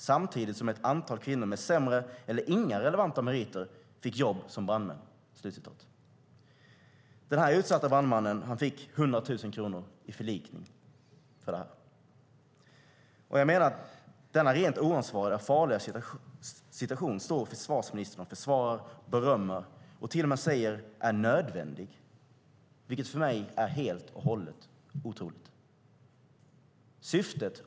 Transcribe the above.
Samtidigt som ett antal kvinnor med sämre eller inga relevanta meriter fick jobb som brandmän." Den här utsatta brandmannen fick 100 000 kronor i förlikning för det här. Jag menar att denna rent oansvariga och farliga situation står försvarsministern och försvarar, berömmer och till och med säger är nödvändig, vilket för mig är helt otroligt.